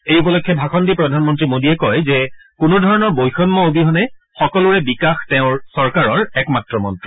এই উপলক্ষে ভাষণ দি প্ৰধানমন্ত্ৰী মোডীয়ে কয় যে কোনো ধৰণৰ বৈষম্য অবিহনে সকলোৰে বিকাশ তেওঁৰ চৰকাৰৰ একমাত্ৰ মন্ত্ৰ